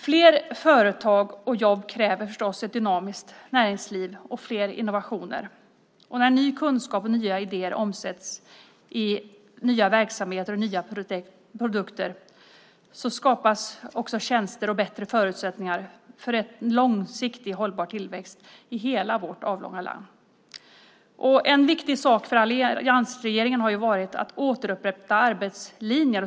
Fler företag och jobb kräver förstås ett dynamiskt näringsliv och fler innovationer. När ny kunskap och nya idéer omsätts i nya verksamheter och nya produkter skapas också tjänster och bättre förutsättningar för en långsiktig och hållbar tillväxt i hela vårt avlånga land. En viktig sak för alliansregeringen har varit att återupprätta arbetslinjen.